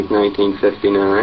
1959